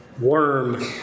Worm